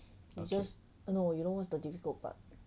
you just no you know what is the difficult part